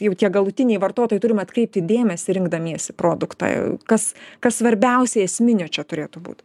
jau tie galutiniai vartotojai turim atkreipti dėmesį rinkdamiesi produktą kas kas svarbiausia esminio čia turėtų būt